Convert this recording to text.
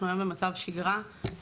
אנחנו היום במצב שגרה.